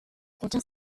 contient